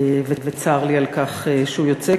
וצר לי שהוא יוצא,